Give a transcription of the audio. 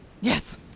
Yes